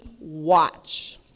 watch